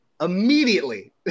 immediately